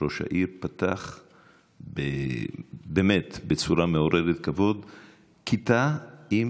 ראש העיר, פתח באמת בצורה מעוררת כבוד כיתה עם